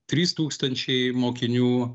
trys tūkstančiai mokinių